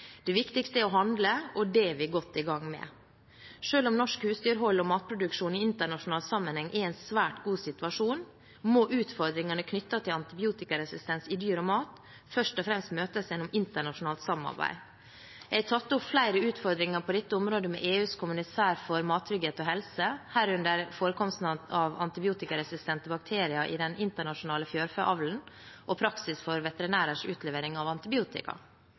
Det viktigste er å handle, og det er vi godt i gang med. Selv om norsk husdyrhold og matproduksjon i internasjonal sammenheng er i en svært god situasjon, må utfordringene knyttet til antibiotikaresistens i dyr og mat, først og fremst møtes gjennom internasjonalt samarbeid. Jeg har tatt opp flere utfordringer på dette området med EUs kommissær for mattrygghet og helse, herunder forekomsten av antibiotikaresistente bakterier i den internasjonale fjørfeavlen og praksis for veterinærers utlevering av antibiotika.